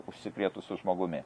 užsikrėtusiu žmogumi